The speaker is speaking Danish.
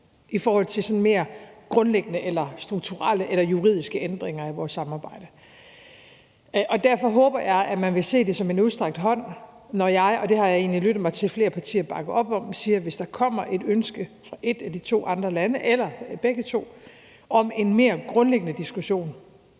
i forhold til sådan mere grundlæggende, strukturelle eller juridiske ændringer i vores samarbejde. Derfor håber jeg, at man vil se det som en udstrakt hånd, når jeg, og det har jeg egentlig lyttet mig til at flere partier bakker op om, siger, at hvis der kommer et ønske fra et af de to andre lande eller begge to om en mere grundlæggende diskussion,